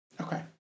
Okay